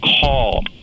call